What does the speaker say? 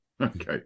Okay